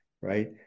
right